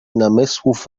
namysłów